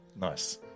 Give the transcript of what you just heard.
Nice